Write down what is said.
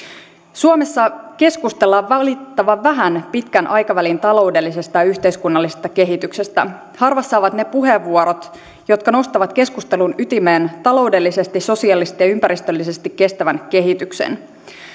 suomessa keskustellaan valitettavan vähän pitkän aikavälin taloudellisesta ja yhteiskunnallisesta kehityksestä harvassa ovat ne puheenvuorot jotka nostavat keskustelun ytimeen taloudellisesti sosiaalisesti ja ympäristöllisesti kestävän kehityksen